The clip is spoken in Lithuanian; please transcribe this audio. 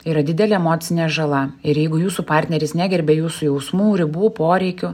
yra didelė emocinė žala ir jeigu jūsų partneris negerbia jūsų jausmų ribų poreikių